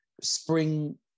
spring